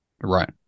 Right